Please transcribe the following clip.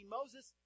Moses